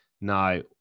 Now